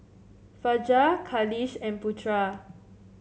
Fajar Khalish and Putra